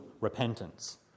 repentance